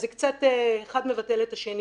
אז זה קצת אחד מבטל את השני,